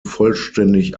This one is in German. vollständig